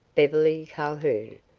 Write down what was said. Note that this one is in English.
beverly calhoun,